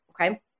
okay